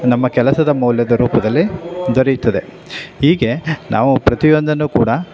ನಮ್ಮ ಕೆಲಸದ ಮೌಲ್ಯದ ರೂಪದಲ್ಲಿ ದೊರೆಯುತ್ತದೆ ಹೀಗೆ ನಾವು ಪ್ರತಿಯೊಂದನ್ನೂ ಕೂಡ